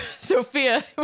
Sophia